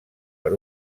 per